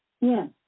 Yes